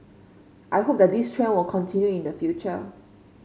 I hope that this trend will continue in the future